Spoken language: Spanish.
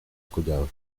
collado